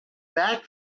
back